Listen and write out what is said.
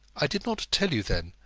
i did not tell you then,